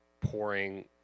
pouring